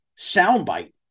soundbite